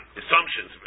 assumptions